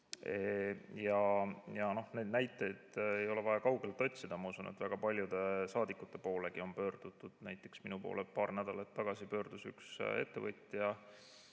näiteid ei ole vaja kaugelt otsida. Ma usun, et väga paljude saadikute poole on pöördutud. Näiteks pöördus minu poole paar nädalat tagasi üks ettevõtja,